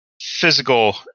physical